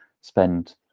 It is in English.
spend